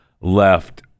left